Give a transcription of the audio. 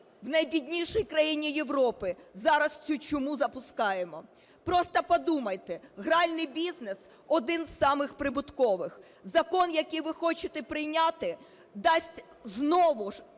в найбіднішій країні Європи зараз цю чуму запускаємо. Просто подумайте: гральний бізнес один з самих прибуткових. Закон, який ви хочете прийняти, дасть знову ж